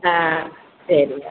ஆ சரிங்க